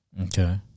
Okay